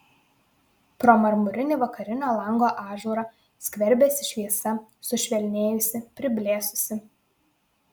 pro marmurinį vakarinio lango ažūrą skverbėsi šviesa sušvelnėjusi priblėsusi